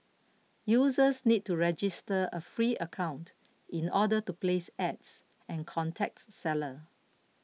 users need to register a free account in order to place ads and contacts seller